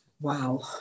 Wow